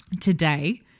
Today